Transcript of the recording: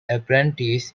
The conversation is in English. apprentice